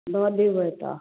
दय देबै तऽ